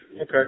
Okay